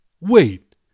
Wait